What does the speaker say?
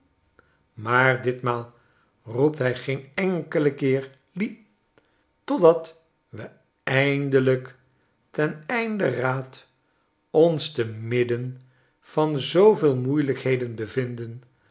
maar ditmaal roept hi geen enkelen keer lie totdat we eindelijk ten einde raad ons te midden van zooveel moeilijkheden bevinden